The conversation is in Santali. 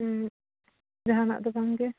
ᱡᱟᱦᱟᱱᱟᱜ ᱫᱚ ᱵᱟᱝ ᱜᱮ